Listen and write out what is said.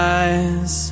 eyes